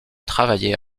travailler